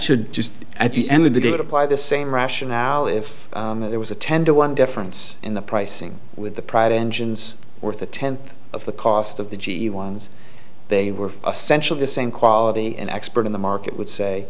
should just at the end of the day that apply the same rationale if there was a tender one difference in the pricing with the private engines or the tenth of the cost of the g e ones they were essential the same quality an expert in the market would say